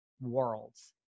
worlds